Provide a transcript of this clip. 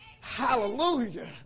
Hallelujah